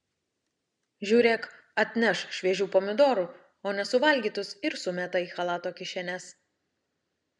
žiūrėk atneš šviežių pomidorų o nesuvalgytus ir sumeta į chalato kišenes